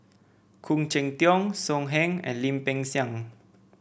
Khoo Cheng Tiong So Heng and Lim Peng Siang